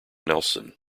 nelson